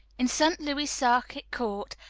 in st. louis circuit court,